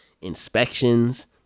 inspections